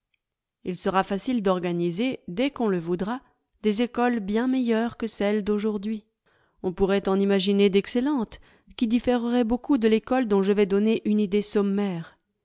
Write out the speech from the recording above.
il sera facile d'organiser dès qu'on le voudra des écoles bien meilleures que celles d'aujourd'hui on pourrait en imaginer d'excellentes qui différeraient beaucoup de l'école dont je vais donner une idée sommaire